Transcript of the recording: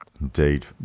indeed